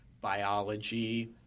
biology